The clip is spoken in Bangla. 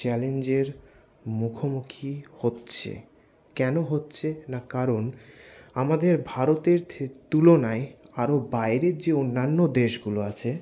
চ্যালেঞ্জের মুখোমুখি হচ্ছে কেনো হচ্ছে না কারণ আমাদের ভারতের তুলনায় আরও বাইরের যে অন্যান্য দেশগুলো আছে